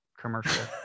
commercial